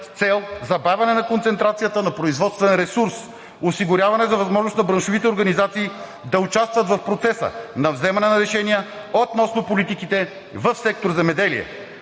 цел забавяне на концентрацията на производствен ресурс; осигуряване на възможност на браншовите организации да участват в процеса на взимане на решения относно политиките в сектор „Земеделие“;